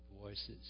voices